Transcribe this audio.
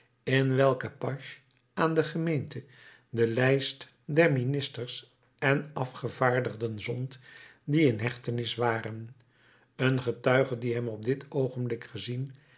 in welken pache aan de gemeente de lijst der ministers en afgevaardigden zond die in hechtenis waren een getuige die hem op dit oogenblik gezien